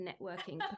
networking